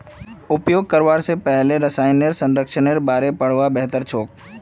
उपयोग करवा स पहले रसायनेर संरचनार बारे पढ़ना बेहतर छोक